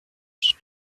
son